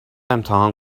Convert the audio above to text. امتحان